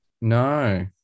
No